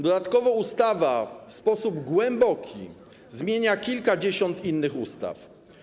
Dodatkowo ustawa w sposób głęboki zmienia kilkadziesiąt innych ustaw.